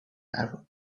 arab